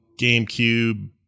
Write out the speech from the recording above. GameCube